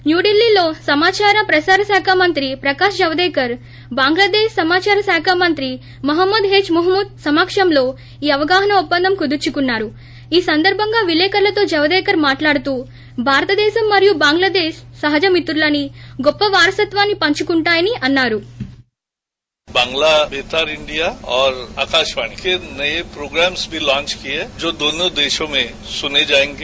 న్యూడిల్లీలో సమాచార ప్రసార శాఖ మంత్రి ప్రకాష్ జవదేకర్ బంగ్లాదేశ్ సమాచార మంత్రి ముహమ్మద్ హెచ్ మహమూద్ సమక్షంలో ఈ అవగాహన ఒప్పందం కుదుర్చుకున్నారు ఈ సందర్భంగా విలేకరులతో జవదేకర్ మాట్లాడుతూ భారతదేశం మరియు బంగ్లాదేశ్ సహజ మిత్రులని గొప్ప వారసత్వాన్ని పంచుకుంటాయని అన్నారు